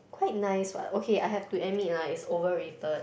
quite nice what okay I have to admit lah it's overrated